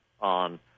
on